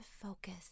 focus